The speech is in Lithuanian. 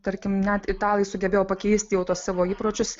tarkim net italai sugebėjo pakeisti jau tuos savo įpročius